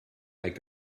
make